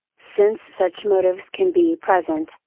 since such motives can be present,